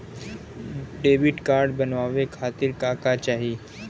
Debit card बनवावे खातिर का का चाही?